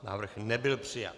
Návrh nebyl přijat.